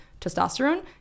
testosterone